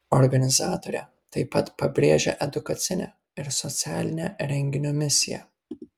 organizatorė taip pat pabrėžia edukacinę ir socialinę renginio misiją